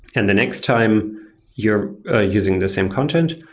and the next time you're using the same content,